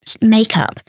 makeup